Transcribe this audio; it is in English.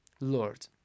Lord